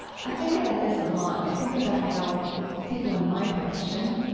i think about this a lot. i think about how people in my profession,